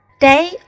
Day